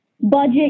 budget